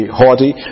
haughty